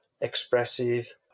expressive